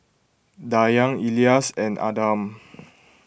Dayang Elyas and Adam